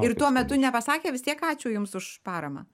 ir tuo metu nepasakė vis tiek ačiū jums už paramą